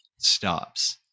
stops